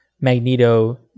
Magneto